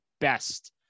best